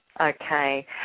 Okay